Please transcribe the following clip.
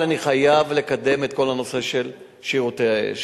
אבל אני חייב לקדם את כל הנושא של שירותי כיבוי האש.